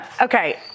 okay